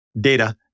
data